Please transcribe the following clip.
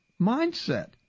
mindset